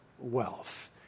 wealth